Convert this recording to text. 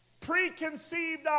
Preconceived